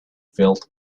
filled